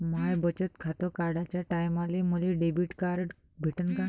माय बचत खातं काढाच्या टायमाले मले डेबिट कार्ड भेटन का?